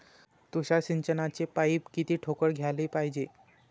तुषार सिंचनाचे पाइप किती ठोकळ घ्याले पायजे?